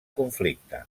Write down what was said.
conflicte